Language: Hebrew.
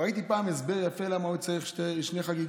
ראיתי פעם הסבר יפה למה הוא צריך שתי חגיגות.